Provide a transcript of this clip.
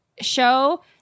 show